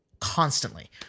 constantly